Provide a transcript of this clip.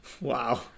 wow